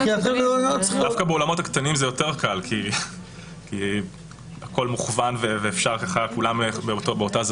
דווקא באולמות הקטנים זה יותר קל כי הכול מכוון וכולם באותה זווית.